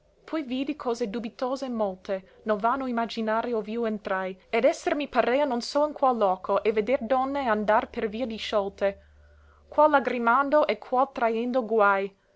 poi vidi cose dubitose molte nel vano imaginare ov'io entrai ed esser mi parea non so in qual loco e veder donne andar per via disciolte qual lagrimando e qual traendo guai